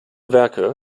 werke